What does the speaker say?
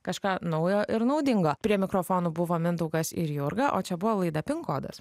kažką naujo ir naudingo prie mikrofonų buvo mindaugas ir jurga o čia buvo laida pin kodas